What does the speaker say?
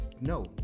no